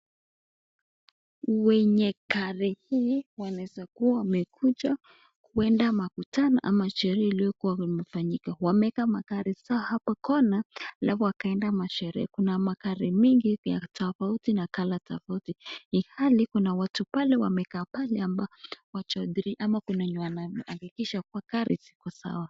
Wenye gari hi wanaezakuwa wamekuja kuenda makutano ama sherehe uliokuwa inafanyika wameweka magari zao hapa Kona alafu wakaenda sherehe Kuna magari mingi ya Haina tafauti na rangi tafauti hifali Kuna watu wengi pale wameka pale ama Kuna anaakikisha Makati Iko sawa.